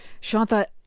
Shanta